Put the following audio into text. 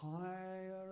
higher